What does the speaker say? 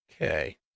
Okay